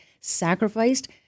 sacrificed